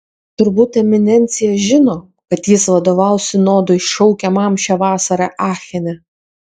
turbūt eminencija žino kad jis vadovaus sinodui šaukiamam šią vasarą achene